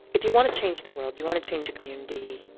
if you want to change the world, you want to change community,